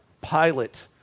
pilot